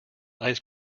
ice